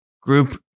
Group